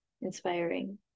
inspiring